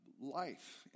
life